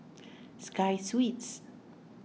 Sky Suites